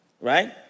right